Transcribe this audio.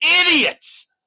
idiots